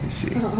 see.